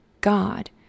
God